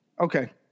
Okay